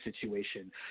situation